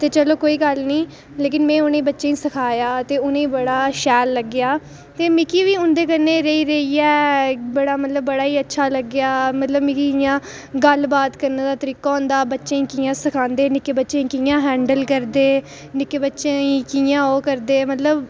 ते चलो कोई गल्ल नेईं लेकिन में उ'नें बच्चें गी सखाया ते उ'नें गी बड़ा शैल लग्गेया ते मिकी बी उं'दे कन्ने रेही रेहियै बड़ा ही मतलब बड़ा अच्छा लग्गेआ मतलब मिगी इ'यां गल्लबात करने दा तरीका होंदा बच्चें गी कि'यां सखांदे निक्के बच्चें गी कि'यां हैंडल करदे निक्के बच्चें गी कियां ओह् करदे मतलब